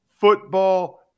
football